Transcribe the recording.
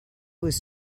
was